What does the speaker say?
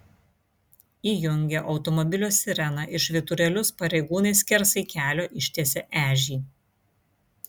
įjungę automobilio sireną ir švyturėlius pareigūnai skersai kelio ištiesė ežį